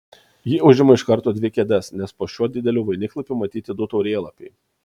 ji užima iš karto dvi kėdes nes po šiuo dideliu vainiklapiu matyti du taurėlapiai